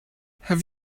have